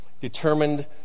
determined